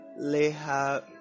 leha